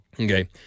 Okay